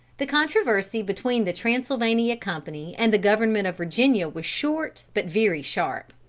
the controversy between the transylvania company and the government of virginia was short but very sharp.